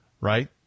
right